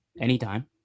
anytime